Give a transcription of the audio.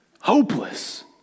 hopeless